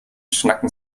schnacken